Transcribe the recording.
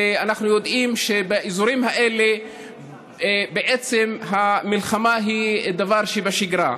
ואנחנו יודעים שבאזורים האלה המלחמה היא דבר שבשגרה.